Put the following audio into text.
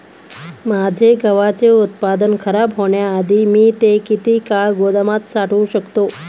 माझे गव्हाचे उत्पादन खराब होण्याआधी मी ते किती काळ गोदामात साठवू शकतो?